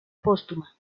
póstuma